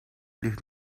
ligt